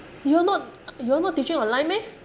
you all not you all not teaching online meh